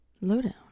Lowdown